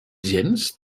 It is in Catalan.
gens